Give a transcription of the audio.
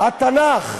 התנ"ך,